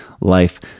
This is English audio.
life